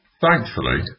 Thankfully